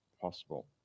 possible